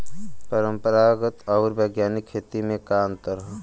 परंपरागत आऊर वैज्ञानिक खेती में का अंतर ह?